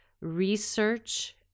research